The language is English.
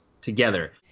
together